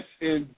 yes